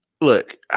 Look